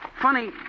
Funny